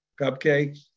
cupcakes